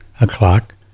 o'clock